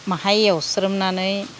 बाहाय एवस्रोमनानै